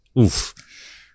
Oof